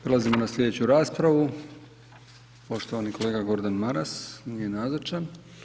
Prelazimo na slijedeću raspravu, poštovani kolega Gordan Maras, nije nazočan.